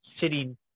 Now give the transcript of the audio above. sitting